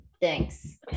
Thanks